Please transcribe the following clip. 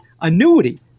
annuity